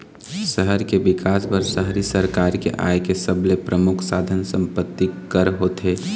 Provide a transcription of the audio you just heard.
सहर के बिकास बर शहरी सरकार के आय के सबले परमुख साधन संपत्ति कर होथे